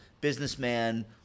businessman